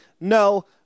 No